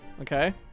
Okay